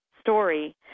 story